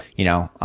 you know,